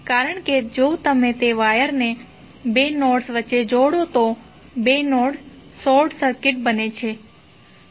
કારણ કે જો તમે તે વાયરને 2 નોડ્સ વચ્ચે જોડો તો 2 નોડ્સ શોર્ટ સર્કિટ બનશે